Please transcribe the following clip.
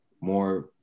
more